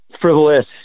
frivolous